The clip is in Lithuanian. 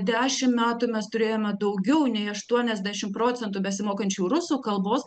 dešim metų mes turėjome daugiau nei aštuoniasdešim procentų besimokančių rusų kalbos